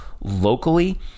locally